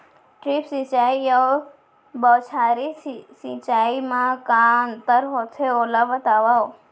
Drip सिंचाई अऊ बौछारी सिंचाई मा का अंतर होथे, ओला बतावव?